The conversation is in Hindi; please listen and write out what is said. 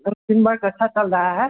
सर टीम बर्क अच्छा चल रहा है